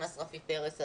כשנכנס רפי פרץ,